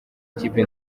ikipe